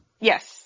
Yes